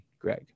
Greg